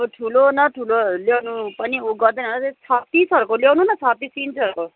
अब ठुलो न ठुलो ल्याउनु पनि उ गर्दैन होला त्यही छत्तिसहरूको ल्याउनु न छत्तिस इन्चहरूको